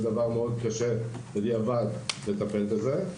מאוד קשה בדיעבד לטפל בזה.